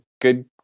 good